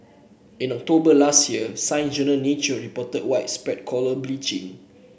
in October last year Science Journal Nature reported widespread coral bleaching